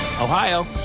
Ohio